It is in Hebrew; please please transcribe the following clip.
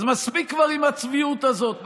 אז מספיק כבר עם הצביעות הזאת,